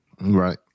Right